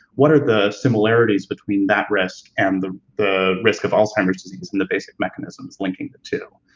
what are the similarities between that risk and the the risk of alzheimer's disease and the basic mechanisms linking the two?